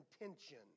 intention